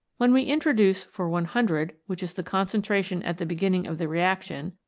when we introduce for one hundred, which is the concentra tion at the beginning of the reaction,